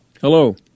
Hello